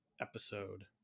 episode